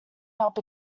help